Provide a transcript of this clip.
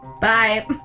Bye